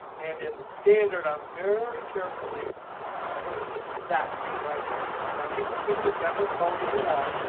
and in the standard, i'm very carefully going to click that green right there. now, you can pick whichever color you want.